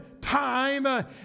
time